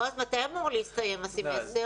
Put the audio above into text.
בועז, מתי אמור להסתיים הסמסטר?